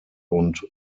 und